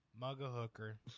Mug-a-hooker